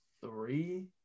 three